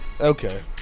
Okay